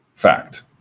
Fact